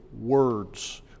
words